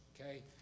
okay